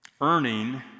Earning